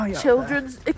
children's